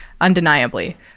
undeniably